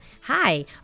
Hi